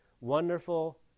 Wonderful